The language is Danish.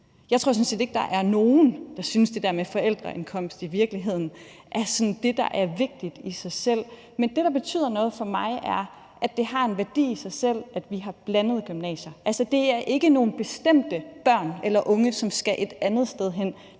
Jeg tror sådan set ikke, der er nogen, der synes, at det der med forældreindkomst i virkeligheden er det, der sådan er vigtigt i sig selv. Men det, der betyder noget for mig, er, at det har en værdi i sig selv, at vi har blandede gymnasier. Altså, det er ikke nogle bestemte børn og unge, som skal et andet sted hen.